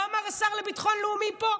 מה אמר השר לביטחון לאומי פה?